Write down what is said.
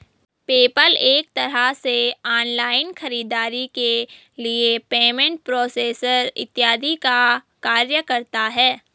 PayPal एक तरह से ऑनलाइन खरीदारी के लिए पेमेंट प्रोसेसर इत्यादि का कार्य करता है